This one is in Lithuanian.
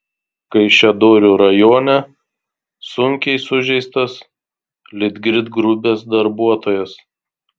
kaišiadorių rajone sunkiai sužeistas litgrid grupės darbuotojas